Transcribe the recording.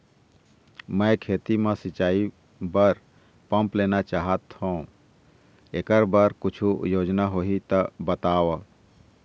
मैं खेती म सिचाई बर पंप लेना चाहत हाव, एकर बर कुछू योजना होही त बताव?